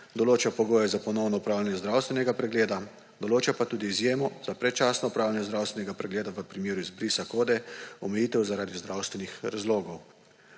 določa pogoje za ponovno opravljanje zdravstvenega pregleda, določa pa tudi izjemo za predčasno opravljanje zdravstvenega pregleda v primeru izbrisa kode omejitev zaradi zdravstvenih razlogov.